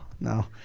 no